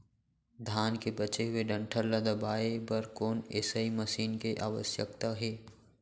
धान के बचे हुए डंठल ल दबाये बर कोन एसई मशीन के आवश्यकता हे?